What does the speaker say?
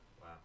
Wow